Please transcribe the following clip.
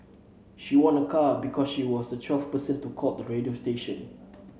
she won a car because she was the twelfth person to call the radio station